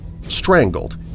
strangled